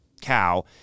cow